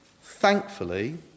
Thankfully